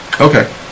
Okay